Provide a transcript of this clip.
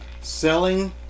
selling